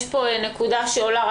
יש פה נקודה שעולה.